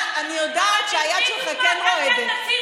אתם מביאים לפה איזה חוק על שכר חברי הכנסת?